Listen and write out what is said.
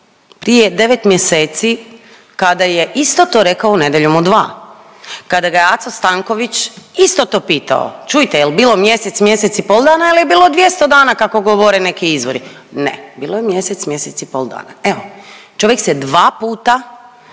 prije 9 mjeseci kada je isto to rekao u Nedjeljom u 2, kada ga je Aco Stanković isto to pitao čujte jel' bilo mjesec, mjesec i pol dana ili je bilo 200 dana kako govore neki izbori? Ne, bilo je mjesec, mjesec i pol dana. Evo čovjek se dva puta